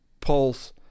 pulse